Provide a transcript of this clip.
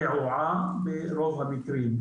רעועה ברוב המקרים.